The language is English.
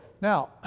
Now